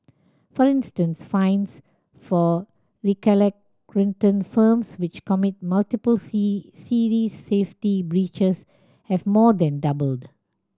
for instance fines for recalcitrant firms which commit multiple serious safety breaches have more than doubled